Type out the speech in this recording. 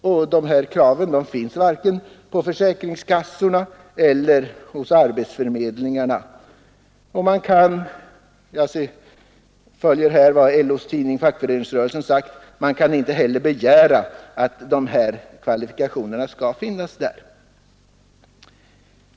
Dessa kvalifikationer finns varken på försäkringskassorna eller hos arbetsförmedlingarna, och man kan enligt LO:s tidning Fackföreningsrörelsen inte heller begära att de skall finnas där.